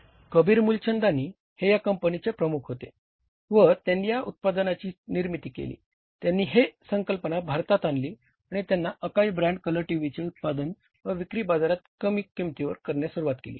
कबीर मुलचंदानी हे या कंपनीचे प्रमुख होते व त्यांनी या उत्पादनांची निर्मिती केली त्यांनी ही संकल्पना भारतात आणली आणि त्यांनी अकाई ब्रँड कलर टीव्हीचे उत्पादन व विक्री बाजारात कमी किंमतीवर करण्यास सुरुवात केली